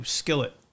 skillet